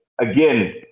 Again